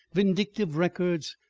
vindictive records,